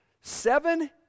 seven